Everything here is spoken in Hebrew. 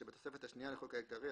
שבתוספת השניה לחוק העיקרי,